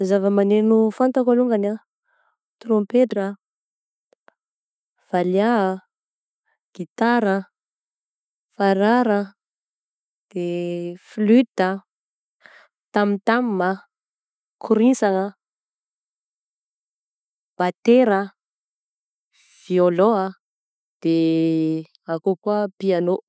Zavamegno fantako alongany ah: trompetra ah, valiaha ah, gitara ah, farara ah, de flute ah, tamtam ah, koritsana ah, batera ah, violan de akao koa piano.